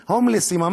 הומלסים, הומלסים.